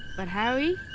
but harry,